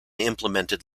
implemented